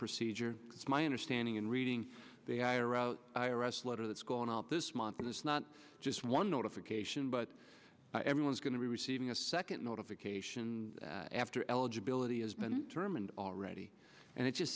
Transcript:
procedure it's my understanding and reading out arrest letter that's going out this month and it's not just one notification but everyone's going to be receiving a second notification after eligibility has been determined already and it just